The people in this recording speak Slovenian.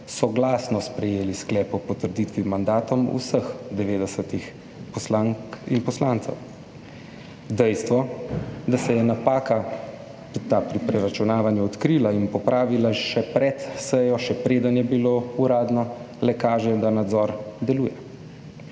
soglasno sprejeli sklep o potrditvi mandatov vseh devetdesetih poslank in poslancev. Dejstvo, da se je napaka, ta pri preračunavanju odkrila in popravila še pred sejo, še preden je bilo uradno, le kaže, da nadzor deluje.